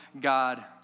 God